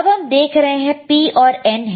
अब हम देख रहे हैं P और N है